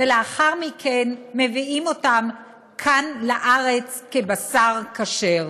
ולאחר מכן מביאים אותם כאן לארץ כבשר כשר.